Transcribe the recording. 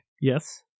Yes